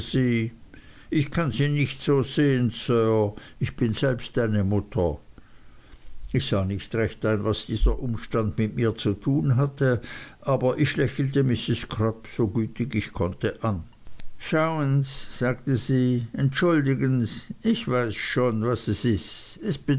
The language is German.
ich kann sie nicht so sehen sir ich bin selbst eine mutter ich sah nicht recht ein was dieser umstand mit mir zu tun hatte aber ich lächelte mrs crupp so gütig ich konnte an schauen s sagte sie entschuldigen s ich weiß schon was is es